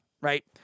Right